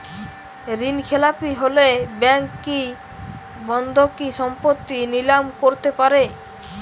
ঋণখেলাপি হলে ব্যাঙ্ক কি বন্ধকি সম্পত্তি নিলাম করতে পারে?